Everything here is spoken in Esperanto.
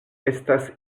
estas